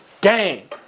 Gang